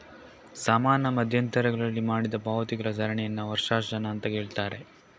ಸಮಾನ ಮಧ್ಯಂತರಗಳಲ್ಲಿ ಮಾಡಿದ ಪಾವತಿಗಳ ಸರಣಿಯನ್ನ ವರ್ಷಾಶನ ಅಂತ ಹೇಳ್ತಾರೆ